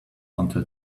until